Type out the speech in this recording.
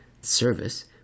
service